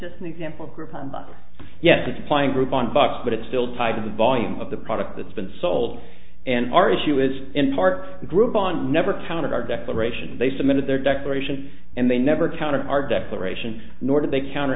just an example group of yes it's applying group on buck but it still tied to the volume of the product that's been sold and our issue is in part the group on never counted our declaration they submitted their declaration and they never counted our declaration nor did they counter